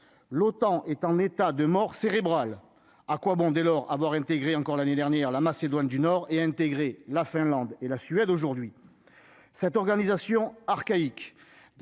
l'OTAN est en état de mort cérébrale, à quoi bon dès lors avoir intégré encore l'année dernière la Macédoine du Nord et intégrer la Finlande et la Suède aujourd'hui